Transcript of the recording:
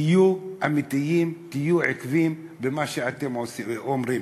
תהיו אמיתיים, תהיו עקביים במה שאתם אומרים.